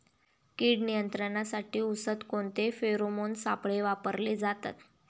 कीड नियंत्रणासाठी उसात कोणते फेरोमोन सापळे वापरले जातात?